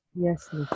Yes